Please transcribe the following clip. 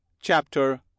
chapter